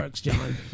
John